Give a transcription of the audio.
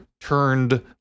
turned